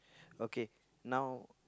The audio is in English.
okay now